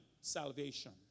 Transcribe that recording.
salvation